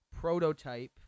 prototype